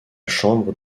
chambre